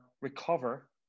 recover